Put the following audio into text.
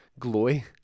glowy